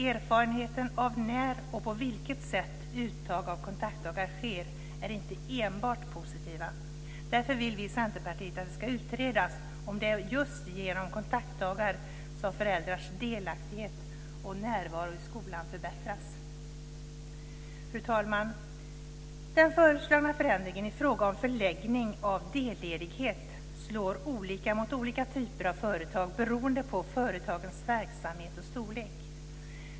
Erfarenheterna av när och på vilket sätt uttag av kontaktdagar sker är inte enbart positiva. Därför vill vi i Centerpartiet att det ska utredas om det är just genom kontaktdagar som föräldrars delaktighet och närvaro i skolan förbättras. Fru talman! Den föreslagna förändringen i frågan om förläggning av delledighet slår olika mot olika typer av företag beroende på företagens verksamhet och storlek.